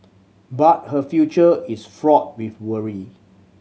but her future is fraught with worry